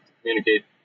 communicate